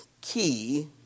key